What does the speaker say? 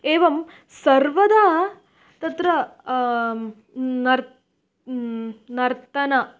एवं सर्वदा तत्र नरः नर्तनं